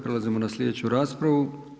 Prelazimo na sljedeću raspravu.